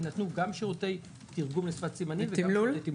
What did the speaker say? יינתנו גם שירותי תרגום לשפת הסימנים ותמלול.